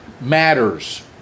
matters